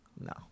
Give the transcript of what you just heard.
No